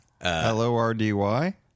L-O-R-D-Y